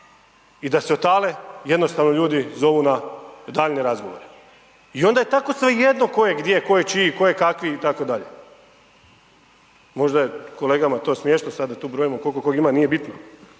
i da se otale jednostavno ljudi zovu na daljnje razgovore i onda je tako svejedno tko je gdje, tko je čiji, tko je kakvi itd. Možda je kolegama to smiješno sad da tu brojimo koliko tko ima, nije bitno,